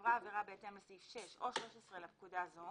נעברה עבירה בהתאם לסעיף 6 או 13 לפקודה זו